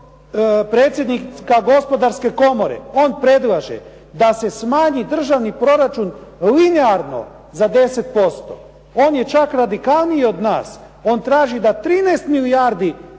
predsjednika Gospodarske komore. On predlaže da se smanji državni proračun linearno za 10%. On je čak radikalniji od nas. On traži da 13 milijardi